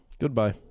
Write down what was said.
goodbye